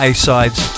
A-Sides